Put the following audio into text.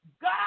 God